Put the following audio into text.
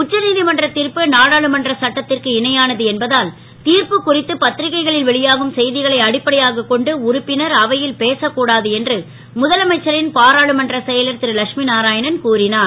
உச்சநீ மன்ற தீர்ப்பு நாடாளுமன்ற சட்டத் ற்கு இணையானது என்பதால் தீர்ப்பு குறித்து பத் ரிக்கைகளில் வெளியாகும் செ களை அடிப்படையாகக் கொண்டு உறுப்பினர் அவை ல் பேசக் கூடாது என்று முதலமைச்சரின் பாராளுமன்ற செயலர் ரு லட்சுமி நாராயணன் கூறினார்